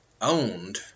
owned